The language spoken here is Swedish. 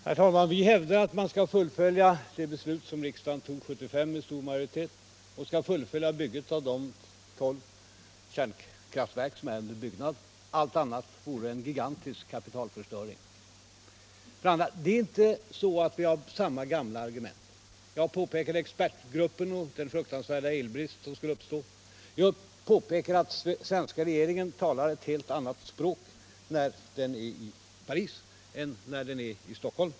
Herr talman! Vi hävdar att man skall fullfölja det beslut som riksdagen tog 1975 med stor majoritet — att man skall fullfölja de tolv kärnkraftverk som är under byggnad. Allt annat vore en gigantisk kapitalförstöring. Det är inte så att vi har samma gamla argument. Jag pekade på vad expertgruppen sagt om den fruktansvärda elbrist som skulle uppstå. Jag påpekade att den svenska regeringen talar ett helt annat språk i Paris än i Stockholm.